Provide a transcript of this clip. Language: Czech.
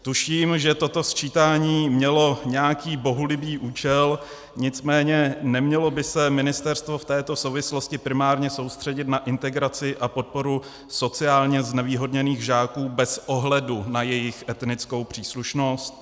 Tuším, že toto sčítání mělo nějaký bohulibý účel, nicméně nemělo by se ministerstvo v této souvislosti primárně soustředit na integraci a podporu sociálně znevýhodněných žáků bez ohledu na jejich etnickou příslušnost?